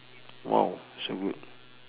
!wow! so good